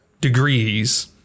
degrees